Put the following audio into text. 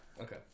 Okay